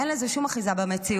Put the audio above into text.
אין לזה שום אחיזה במציאות.